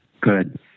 Good